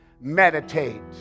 Meditate